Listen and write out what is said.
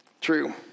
True